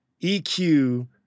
EQ